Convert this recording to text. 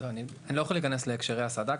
אני לא יכול להיכנס להקשרי הסד"כ.